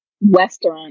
Western